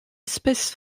espèce